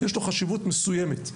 יש לו חשיבות מסוימת,